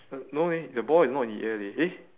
uh no leh the ball is not in the air leh eh